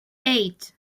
eight